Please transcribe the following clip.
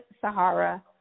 Sahara